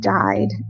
died